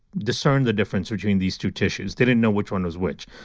discern the difference between these two tissues. they didn't know which one was which.